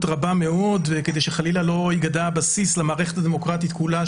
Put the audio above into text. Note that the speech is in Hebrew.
רבה מאוד כדי שחלילה לא ייגדע הבסיס למערכת הדמוקרטית כולה,